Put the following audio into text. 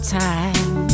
time